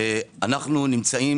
אנו נמצאים